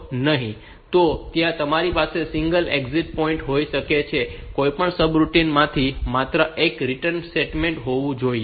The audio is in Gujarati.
તો ત્યાં તમારી પાસે સિંગલ એક્ઝિટ પોઈન્ટ હોઈ શકે છે કોઈપણ સબરૂટિન માંથી માત્ર એક રિટર્ન સ્ટેટમેન્ટ હોવું જોઈએ